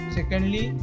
Secondly